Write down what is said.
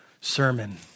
sermon